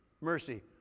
mercy